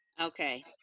Okay